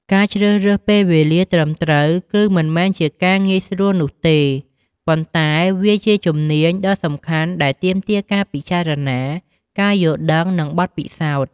ការជ្រើសរើសពេលវេលាត្រឹមត្រូវ គឺមិនមែនជាការងាយស្រួលនោះទេ ប៉ុន្តែវាជាជំនាញដ៏សំខាន់ដែលទាមទារការពិចារណា ការយល់ដឹង និងបទពិសោធន៍។